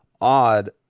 odd